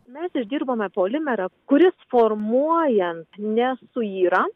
mes išdirbome polimerą kuris formuojant nesuyra